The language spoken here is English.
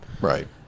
Right